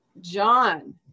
John